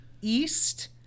East